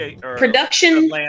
production